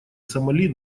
сомали